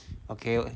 okay [what]